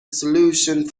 solution